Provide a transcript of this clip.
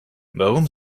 warum